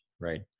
right